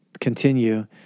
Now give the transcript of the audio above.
continue